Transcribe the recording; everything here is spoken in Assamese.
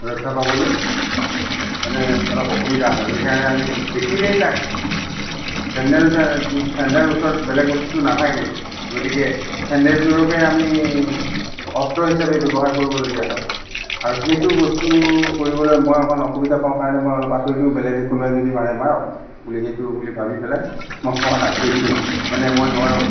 ৰক্ষা পাবলৈ মানে অলপ অসুবিধা হয় সেইকাৰণে আমি দেখিলেই তাক চেণ্ডেল চেণ্ডেল ওচৰত বেলেগ বস্তুটো নাথাকেই গতিকে চেণ্ডেল যোৰকে আমি অস্ত্ৰ হিচাপে ব্যৱহাৰ কৰিবলগীয়া হয় আৰু সেইটো বস্তু কৰিবলৈ মই অকণ অসুবিধা পাওঁ কাৰণে মই অলপ আতৰি দিওঁ বেলেগ কোনোবাই যদি মাৰে মাৰক বুলি সেইটো বুলি ভাবি পেলাই মই অকণমান আতৰি দিওঁ মানে মই নোৱাৰোঁ